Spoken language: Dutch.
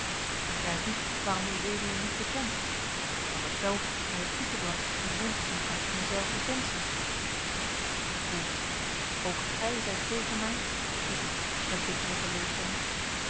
maar ik begrijp niet waarom ued niet bekent want ik veronderstel gij hebt toegebracht die wond in cas van zelfdefensie hoe ook gij zijt tegen mij riep ik met bittere teleurstelling